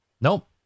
Nope